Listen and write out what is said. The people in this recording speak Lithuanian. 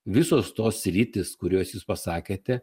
visos tos sritys kurios jūs pasakėte